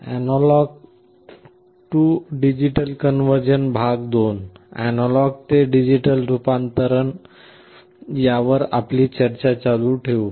analogue ते digital रूपांतरण यावर आपण चर्चा चालू ठेवू